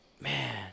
man